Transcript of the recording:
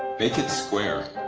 make it square.